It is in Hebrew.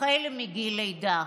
החל מגיל לידה.